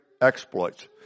exploits